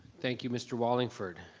thank you, mr. wallingford.